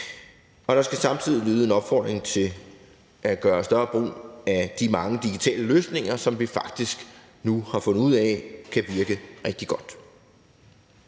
Og der skal samtidig lyde en opfordring til at gøre mere brug af de mange digitale løsninger, som vi faktisk nu har fundet frem til kan virke rigtig godt.